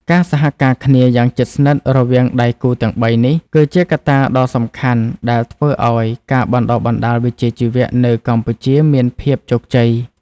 ការសហការគ្នាយ៉ាងជិតស្និទ្ធរវាងដៃគូទាំងបីនេះ គឺជាកត្តាដ៏សំខាន់ដែលធ្វើឱ្យការបណ្តុះបណ្តាលវិជ្ជាជីវៈនៅកម្ពុជាមានភាពជោគជ័យ។